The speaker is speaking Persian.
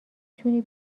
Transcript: تونی